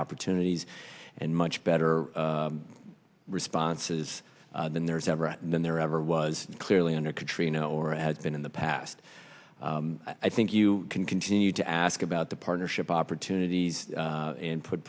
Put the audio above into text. opportunities and much better responses than there's ever than there ever was clearly under katrina or as been in the past i think you can continue to ask about the partnership opportunities and put